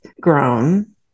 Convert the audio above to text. grown